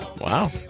wow